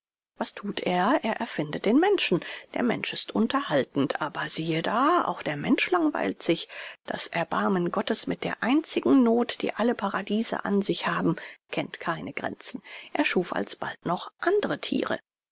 was thut er er erfindet den menschen der mensch ist unterhaltend aber siehe da auch der mensch langweilt sich das erbarmen gottes mit der einzigen noth die alle paradiese an sich haben kennt keine grenzen er schuf alsbald noch andre thiere